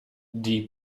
die